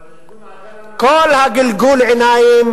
אבל ארגון "עדאלה" כל גלגול העיניים,